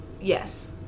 Yes